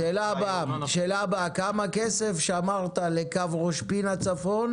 השאלה הבאה: כמה כסף שמרת לקו ראש פינה צפונה